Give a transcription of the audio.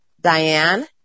Diane